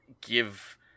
give